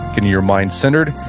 getting your mind centered,